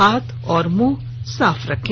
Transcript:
हाथ और मुंह साफ रखें